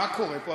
מה קורה פה?